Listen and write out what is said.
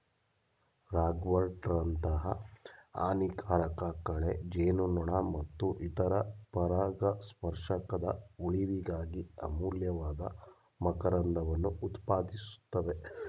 ರಾಗ್ವರ್ಟ್ನಂತಹ ಹಾನಿಕಾರಕ ಕಳೆ ಜೇನುನೊಣ ಮತ್ತು ಇತರ ಪರಾಗಸ್ಪರ್ಶಕದ ಉಳಿವಿಗಾಗಿ ಅಮೂಲ್ಯವಾದ ಮಕರಂದವನ್ನು ಉತ್ಪಾದಿಸ್ತವೆ